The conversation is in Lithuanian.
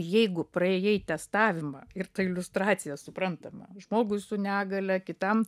jeigu praėjai testavimą ir ta iliustracijos suprantama žmogui su negalia kitam